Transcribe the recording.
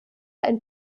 ein